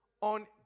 on